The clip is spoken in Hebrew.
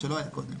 מה שלא היה קודם.